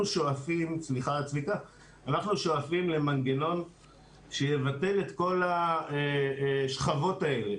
אנחנו שואפים למנגנון שיבטל את כל השכבות האלה.